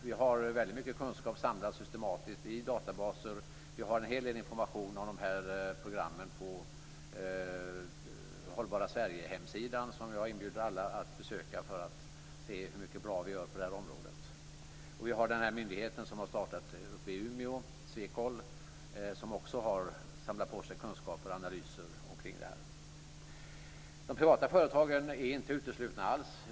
Vi har väldigt mycket kunskap systematiskt samlad i databaser. Vi har en hel del information om de här programmen på Hållbara Sverige-hemsidan, som jag inbjuder alla att besöka för att se hur mycket bra vi gör på det här området. Vi har också myndigheten som har startat uppe i Umeå, Swecol, som också har samlat på sig kunskaper och analyser omkring det här. De privata företagen är inte uteslutna alls.